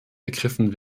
ergriffen